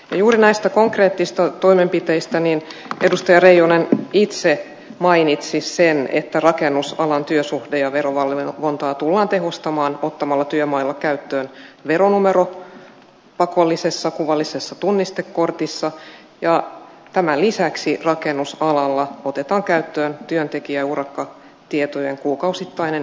juuri näistä konkreettisista toimenpiteistä edustaja reijonen itse mainitsi sen että rakennusalan työsuhde ja verovalvontaa tullaan tehostamaan ottamalla työmailla käyttöön veronumero pakollisessa kuvallisessa tunnistekortissa ja tämän lisäksi rakennusalalla otetaan käyttöön työntekijä ja urakkatietojen kuukausittainen ilmoittamisvelvollisuus verohallinnolle